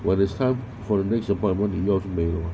when it's time for the next appointment 你药就没有了